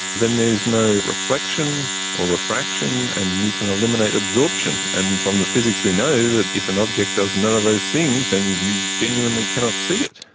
then there is no reflection or refraction and you can eliminate absorption. and from the physics we know, that if an object does none of those things, then and you genuinely cannot see it.